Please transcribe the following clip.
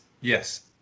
Yes